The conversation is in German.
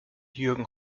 jürgen